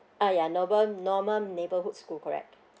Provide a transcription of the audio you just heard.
uh yeah normal normal neighbourhood school correct